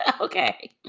Okay